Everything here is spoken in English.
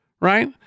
Right